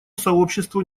сообществу